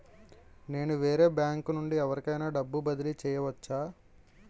నేను వేరే బ్యాంకు నుండి ఎవరికైనా డబ్బు బదిలీ చేయవచ్చా?